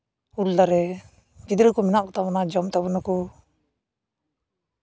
ᱩᱞ ᱫᱟᱨᱮ ᱜᱤᱫᱽᱨᱟᱹ ᱠᱚ ᱢᱮᱱᱟᱜ ᱠᱚᱛᱟᱵᱚᱱᱟ ᱡᱚᱢ ᱛᱟᱵᱚ ᱱᱟᱠᱚ